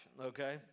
okay